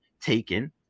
taken